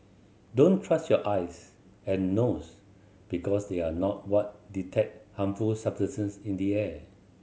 don't trust your eyes and nose because they are not what detect harmful substance in the air